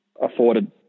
afforded